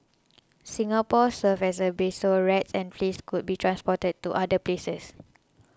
Singapore served as a base so rats and fleas could be transported to other places